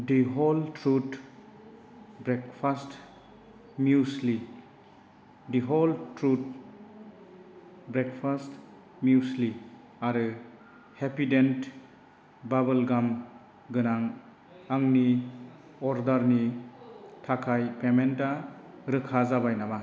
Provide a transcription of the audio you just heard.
दि whole truth breakfast muesli आरो हेपिडेन्ट बाबोल गाम गोनां आंनि अर्डारनि थाखाय पेमेन्टा रोखा जाबाय नामा